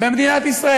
במדינת ישראל.